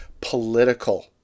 political